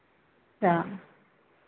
अच्छा